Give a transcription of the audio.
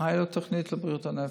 לפניי הייתה לו תוכנית לבריאות הנפש.